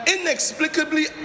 inexplicably